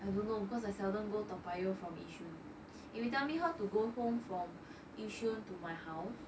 I don't know because I seldom go toa payoh from yishun if you tell me how to go home from yishun to my house